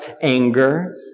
anger